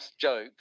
joke